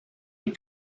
les